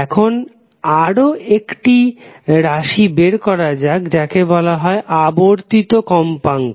এখন আরও একটি রাশি বের করা যাক যাকে বলা হয় আবর্তিত কম্পাঙ্ক